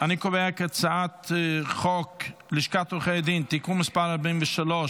אני קובע כי הצעת חוק לשכת עורכי הדין (תיקון מס' 43),